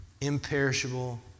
Imperishable